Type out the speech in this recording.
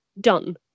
done